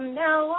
now